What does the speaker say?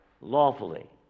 lawfully